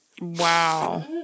Wow